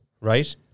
Right